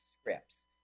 scripts